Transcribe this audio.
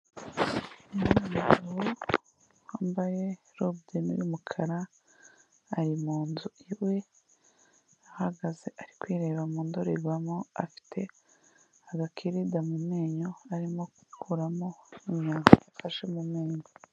Umugabo wambaye robe de nuit y'umukara ari mu nzu iwe ahagaze ari kwireba mu ndorerwamo afite agakirida mu menyo arimo gukuramo imyanda yafashe mu menyo.